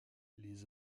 les